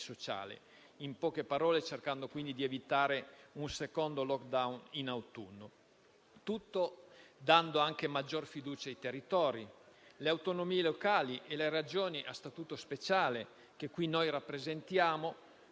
sociale. In poche parole, occorre cercare di evitare un secondo *lockdown* in autunno. Il tutto va fatto dando anche maggior fiducia ai territori: le autonomie locali e le Regioni a Statuto speciale, che qui noi rappresentiamo,